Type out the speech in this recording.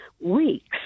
weeks